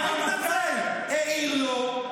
והרמטכ"ל העיר לו.